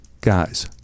guys